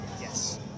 yes